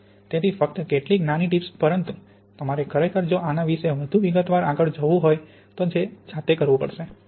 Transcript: તેથી ફક્ત કેટલીક નાની ટીપ્સ પરંતુ તમારે ખરેખર જો આના વિષે વધુ વિગતવાર આગડ જવું હોય તો તે જાતે કરવું પડશે